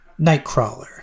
Nightcrawler